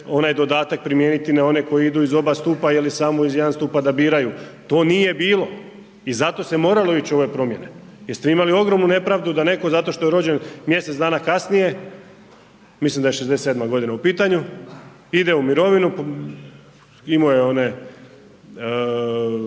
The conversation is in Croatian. onaj dodatak primijeniti koji idu iz oba stupa ili samo iz jednog stupa da biraju, to nije bilo i zato se moralo ići u ove promjene jer ste vi imali ogromnu nepravdu da neko zato što je rođen mjesec dana kasnije, mislim da je '67. godina u pitanju ide u mirovinu imao je one